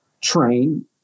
train